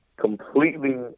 completely